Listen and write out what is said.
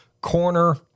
Corner